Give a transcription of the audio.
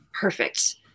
perfect